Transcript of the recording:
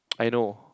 I know